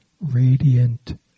radiant